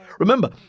Remember